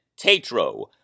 Tatro